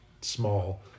small